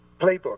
playbook